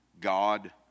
God